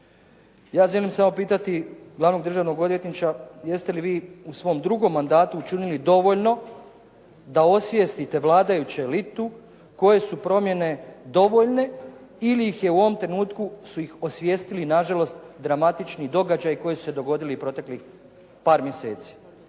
Ja želim samo pitati glavnog državnog odvjetnika jeste li vi u svom drugom mandatu učinili dovoljno da osvijestite vladajuću elitu? Koje su promjene dovoljne ili ih je u ovom trenutku su ih osvijestili na žalost dramatični događaji koji su se dogodili proteklih par mjeseci?